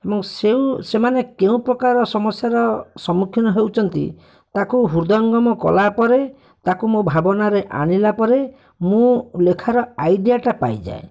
ମୁଁ ସେଉ ସେମାନେ କେଉଁ ପ୍ରକାର ସମସ୍ୟାର ସମ୍ମୁଖୀନ ହେଉଛନ୍ତି ତାକୁ ହୃଦୟଙ୍ଗମ କଲାପରେ ତାକୁ ମୋ ଭାବନାରେ ଆଣିଲାପରେ ମୁଁ ଲେଖାର ଆଇଡ଼ିଆଟା ପାଇଯାଏ